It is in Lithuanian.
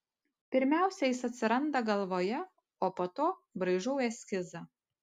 pirmiausia jis atsiranda galvoje o po to braižau eskizą